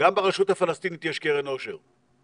גם ברשות הפלסטינית יש קרן עושר.